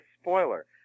spoiler